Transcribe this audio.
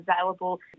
available